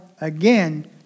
Again